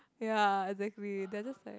ya exactly they're just like